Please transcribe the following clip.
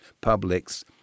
publics